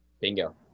Bingo